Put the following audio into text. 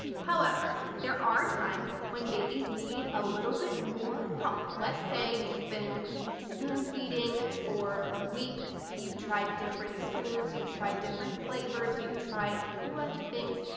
however, there are times when babies need a little bit more help. let's say you've been spoon feeding for weeks, you've tried different spoons, you've tried different flavors, you've tried a whole bunch of things,